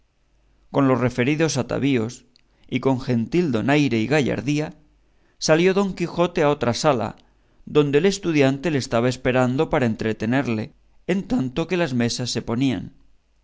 con los referidos atavíos y con gentil donaire y gallardía salió don quijote a otra sala donde el estudiante le estaba esperando para entretenerle en tanto que las mesas se ponían